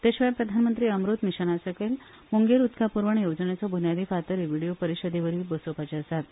ते शिवाय प्रधानमंत्री अमृत मिशनासकयल मूंगेर उदका प्रवण येवजणेचो बुन्यादी फातरुय व्हिडीओ परिषदेवरवी बसोवपाचे आसात